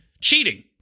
cheating